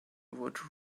would